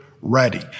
Ready